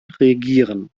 regieren